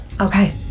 Okay